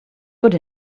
good